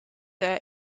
their